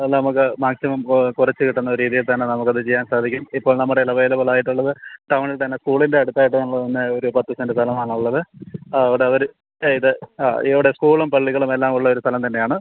നമുക്ക് മാക്സിമം കുറച്ചു കിട്ടുന്ന രീതിയില്തന്നെ നമുക്കത് ചെയ്യാന് സാധിക്കും ഇപ്പോള് നമ്മുടെ കൈയില് അവൈലബിളായിട്ടുള്ളത് ടൗണില് തന്നെ സ്കൂളിൻ്റെ അടുത്തായിട്ടുള്ള ഒരു പത്ത് സെൻ്റ് സ്ഥലമാണുള്ളത് അവിടെ ഒരു ഇത് ആ ഇവിടെ സ്കൂളും പള്ളികളും എല്ലാം ഉള്ളയൊരു സ്ഥലം തന്നെയാണ്